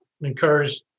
encourage